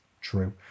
True